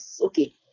Okay